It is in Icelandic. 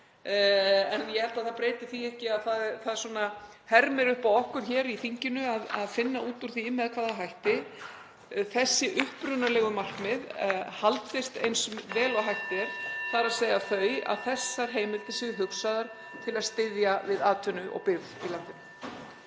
En ég held að það breyti því ekki að það hermir upp á okkur hér í þinginu að finna út úr því með hvaða hætti þessi upprunalegu markmið haldist eins vel (Forseti hringir.) og hægt er, þ.e. að þessar heimildir séu hugsaðar til að styðja við atvinnu og byggð í landinu.